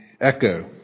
echo